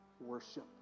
worship